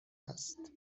است